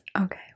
okay